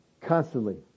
constantly